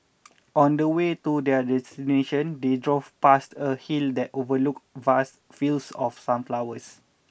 on the way to their destination they drove past a hill that overlooked vast fields of sunflowers